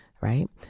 right